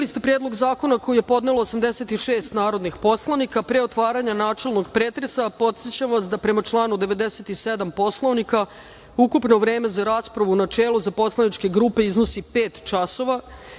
ste Predlog zakona koji je podnelo 86 narodnih poslanika. Pre otvaranja načelnog pretresa podsećam vas da, prema članu 97. Poslovnika, ukupno vreme za raspravu u načelu za poslaničke grupe iznosi pet časova,